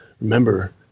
Remember